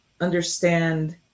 understand